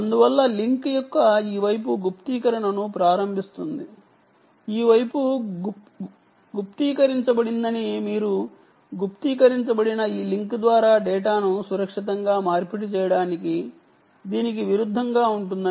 అందువల్ల లింక్ యొక్క ఈ వైపు గుప్తీకరణను ప్రారంభిస్తుంది ఈ వైపు గుప్తీకరించబడిందని అనుకుందాం మరియు గుప్తీకరించబడిన ఈ లింక్ ద్వారా డేటాను సురక్షితంగా మార్పిడి చేయడానికి దీనికి విరుద్ధంగా ఉంటుంది